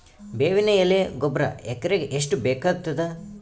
ಬೇವಿನ ಎಲೆ ಗೊಬರಾ ಎಕರೆಗ್ ಎಷ್ಟು ಬೇಕಗತಾದ?